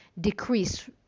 decrease